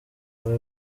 bawe